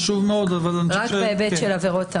רק בהיבט של עבירות המתה.